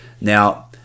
Now